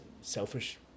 selfish